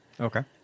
Okay